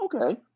okay